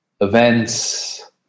events